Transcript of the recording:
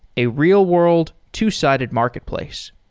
a real-world two-sided marketplace.